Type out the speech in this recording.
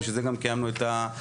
בשביל זה גם קיימנו את הפגישה.